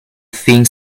think